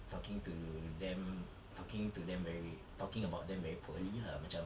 talking to them talking to them very talking about them very poorly lah macam